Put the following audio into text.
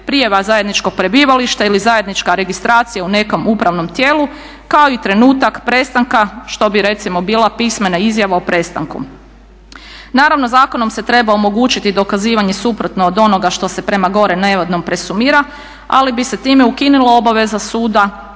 prijava zajedničkog prebivališta ili zajednička registracija u nekom upravnom tijelu kao i trenutak prestanka što bi recimo bila pismena izjava o prestanku. Naravno zakonom se treba omogućiti dokazivanje suprotno od onoga što se prema gore navedenom presumira, ali bi se time ukinula obaveza suda